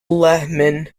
lehman